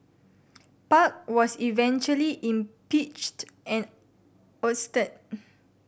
park was eventually impeached and ousted